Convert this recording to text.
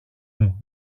μου